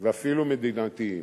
ואפילו מדינתיים.